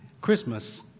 Christmas